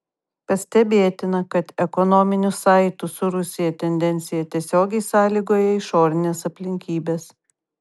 pastebėtina kad ekonominių saitų su rusija tendencija tiesiogiai sąlygoja išorinės aplinkybės